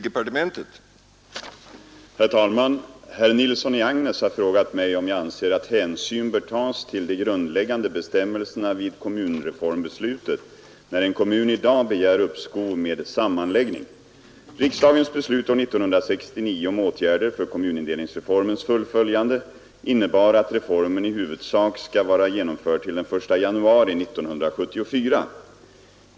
Herr talman! Herr Nilsson i Agnäs har frågat mig om jag anser att hänsyn bör tagas till de grundläggande bestämmelserna vid kommunreformbeslutet, när en kommun i dag begär uppskov med sammanläggning. Riksdagens beslut år 1969 om åtgärder för kommunindelningsreformens fullföljande innebar att reformen i huvudsak skall vara genomförd till den 1 januari 1974.